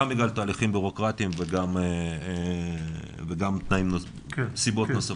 גם בגלל תהליכים ביורוקרטיים וגם סיבות נוספות.